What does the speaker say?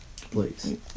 Please